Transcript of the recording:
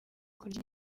kurya